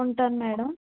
ఉంటాను మేడమ్